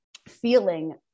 feeling